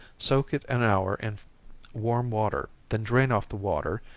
soak it an hour in warm water, then drain off the water,